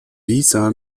visa